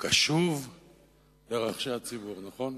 "קשוב לרחשי הציבור", נכון?